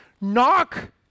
knock